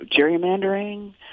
gerrymandering